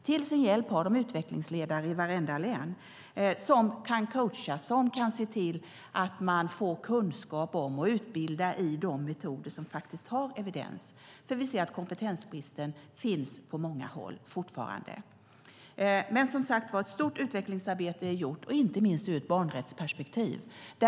Till sin hjälp har de utvecklingsledare i vartenda län som kan coacha och se till att man får kunskap om och utbildning i de metoder som har evidens, för vi ser att det fortfarande finns kompetensbrist på många håll. Ett stort utvecklingsarbete är gjort, inte minst ur ett barnrättsperspektiv.